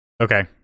Okay